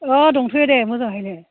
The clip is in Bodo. अह दंथ'यो दे मोजाङैनो